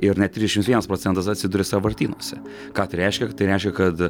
ir net trisdešimts vienas procentas atsiduria sąvartynuose ką tai reiškia tai reiškia kad